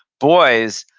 boys,